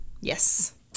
Yes